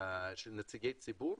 של נציגי ציבור,